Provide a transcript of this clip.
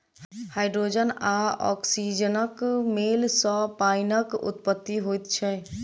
hydrogen आ औक्सीजनक मेल सॅ पाइनक उत्पत्ति होइत छै